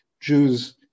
Jews